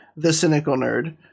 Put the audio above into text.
thecynicalnerd